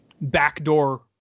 backdoor